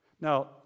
Now